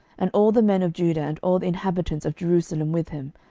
and all the men of judah and all the inhabitants of jerusalem with him,